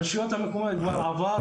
הרשויות המקומיות כבר עבר.